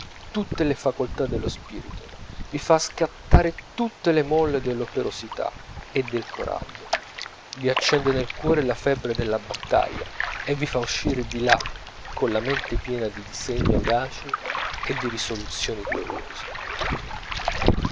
tutte le facoltà dello spirito vi fa scattare tutte le molle dell'operosità e del coraggio vi accende nel cuore la febbre della battaglia e vi fa uscire di là colla mente piena di disegni audaci e di risoluzioni gloriose